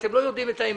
אתם לא יודעים את האמת.